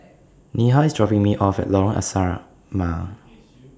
Neha IS dropping Me off At Lorong Asrama